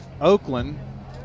Oakland